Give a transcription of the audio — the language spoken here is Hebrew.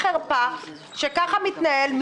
סימנו את הכסף מתקציב הכנסת,